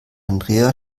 andrea